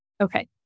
Okay